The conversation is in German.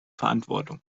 verantwortung